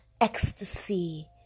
ecstasy